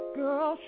girl